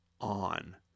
on